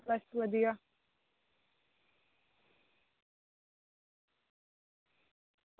बस बधिया